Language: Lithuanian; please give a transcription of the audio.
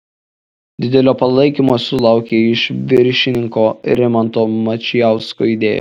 didelio palaikymo susilaukė iš viršininko rimanto mačijausko idėja